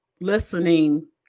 listening